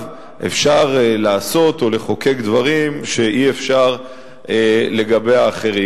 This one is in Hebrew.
אפשר לעשות ולחוקק דברים שאי-אפשר לגבי האחרים.